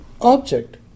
object